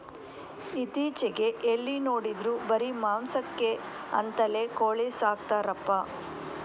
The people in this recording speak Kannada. ಇತ್ತೀಚೆಗೆ ಎಲ್ಲಿ ನೋಡಿದ್ರೂ ಬರೀ ಮಾಂಸಕ್ಕೆ ಅಂತಲೇ ಕೋಳಿ ಸಾಕ್ತರಪ್ಪ